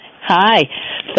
Hi